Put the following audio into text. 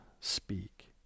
speak